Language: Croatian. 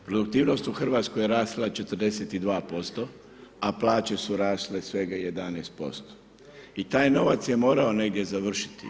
Produktivnost u Hrvatskoj je rasla 42%, a plaće su rasle svega 11% i taj novac je morao negdje završiti.